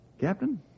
Captain